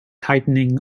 tightening